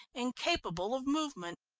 incapable of movement.